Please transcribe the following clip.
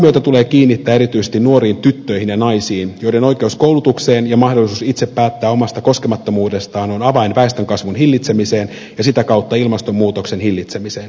huomiota tulee kiinnittää erityisesti nuoriin tyttöihin ja naisiin joiden oikeus koulutukseen ja mahdollisuus itse päättää omasta koskemattomuudestaan on avain väestönkasvun hillitsemiseen ja sitä kautta ilmastonmuutoksen hillitsemiseen